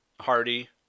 Hardy